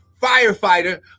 firefighter